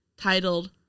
titled